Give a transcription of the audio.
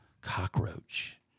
cockroach